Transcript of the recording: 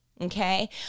okay